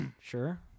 Sure